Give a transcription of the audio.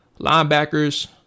Linebackers